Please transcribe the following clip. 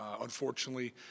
Unfortunately